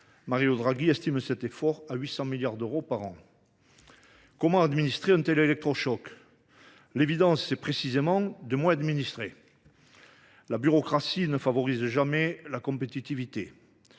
Mario Draghi estime cet effort à 800 milliards d’euros par an. Comment administrer un tel électrochoc ? À l’évidence, il faut précisément moins administrer. La bureaucratie ne favorise jamais la compétitivité